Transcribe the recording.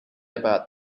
about